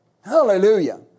Hallelujah